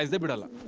umbrella.